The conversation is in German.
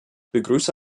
begrüße